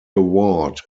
award